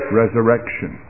resurrection